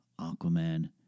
Aquaman